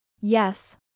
Yes